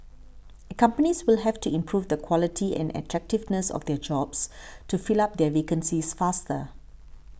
companies will have to improve the quality and attractiveness of their jobs to fill up their vacancies faster